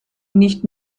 nicht